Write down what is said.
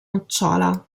nocciola